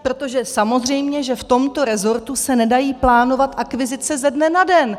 Protože samozřejmě že v tomto rezortu se nedají plánovat akvizice ze dne na den.